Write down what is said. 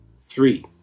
Three